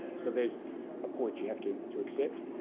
so that's a point you have to to accept.